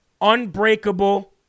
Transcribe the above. unbreakable